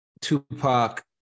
Tupac